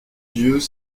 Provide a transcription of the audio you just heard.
yeux